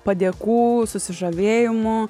padėkų susižavėjimų